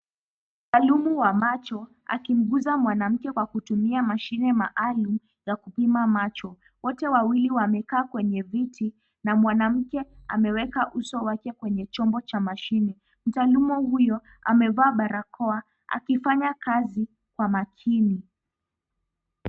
Mtalumuwa macho, akinguza mwanamke kwa kutumia mashine maalum za kupima macho. Wote wawili wamekaa kwenye viti, na mwanamke ameweka uso wake kwenye chombo cha mashine. Mtandumu huyo, amevaa barakoa, akifanya kazi kwa makini.